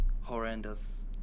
horrendous